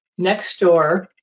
Nextdoor